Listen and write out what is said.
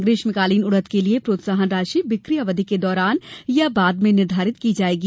ग्रीष्मकालीन उड़द के लिये प्रोत्साहन राशि बिक्री अवधि के दौरान या बाद में निर्घारित की जायेगी